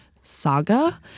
saga